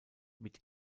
mit